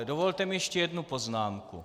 Dovolte mi ještě jednu poznámku.